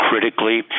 critically